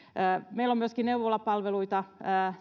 meillä on myöskin neuvolapalveluita